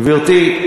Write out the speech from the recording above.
גברתי,